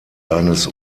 eines